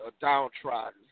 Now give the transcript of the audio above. downtrodden